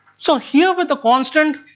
so here with the constant